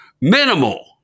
minimal